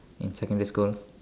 in secondary school